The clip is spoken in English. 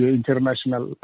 International